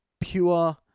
pure